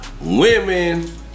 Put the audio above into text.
Women